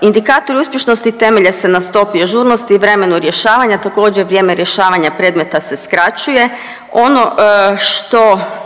Indikatori uspješnosti temelje se na stopi ažurnosti i vremenu rješavanja, također vrijeme rješavanja predmeta se skraćuje. Ono što